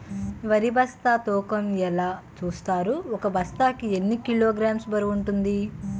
వరి బస్తా తూకం ఎలా చూస్తారు? ఒక బస్తా కి ఎన్ని కిలోగ్రామ్స్ బరువు వుంటుంది?